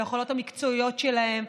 ביכולות המקצועיות שלהן.